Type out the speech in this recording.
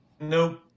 Nope